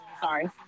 sorry